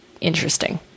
interesting